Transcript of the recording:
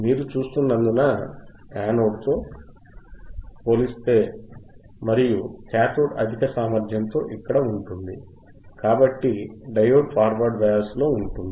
మీరు చూస్తున్నందున కాథోడ్ తో పోలిస్తే యానోడ్ అధిక సామర్థ్యంతో ఇక్కడ ఉంటుంది కాబట్టి డయోడ్ ఫార్వర్డ్ బయాస్లో ఉంటుంది